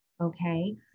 Okay